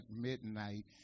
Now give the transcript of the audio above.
midnight